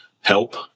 help